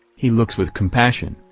he looks with compassion,